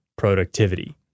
productivity